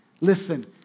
Listen